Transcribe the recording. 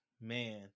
man